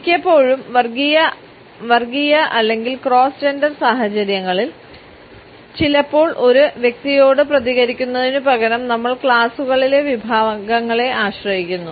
മിക്കപ്പോഴും വർഗ്ഗീയ അല്ലെങ്കിൽ ക്രോസ് ജെൻഡർ സാഹചര്യങ്ങളിൽ ചിലപ്പോൾ ഒരു വ്യക്തിയോട് പ്രതികരിക്കുന്നതിനുപകരം നമ്മൾ ക്ലാസുകളിലെ വിഭാഗങ്ങളെ ആശ്രയിക്കുന്നു